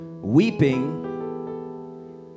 weeping